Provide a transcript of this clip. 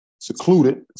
secluded